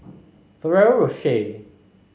Ferrero Rocher